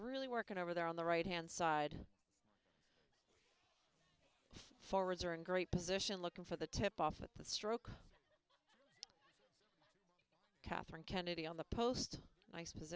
really working over there on the right hand side forwards are in great position looking for the tip off at the stroke catherine kennedy on the post i